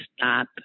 stop